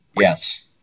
Yes